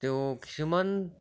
তেওঁ কিছুমান